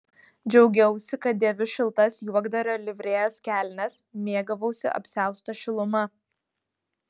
džiaugiausi kad dėviu šiltas juokdario livrėjos kelnes mėgavausi apsiausto šiluma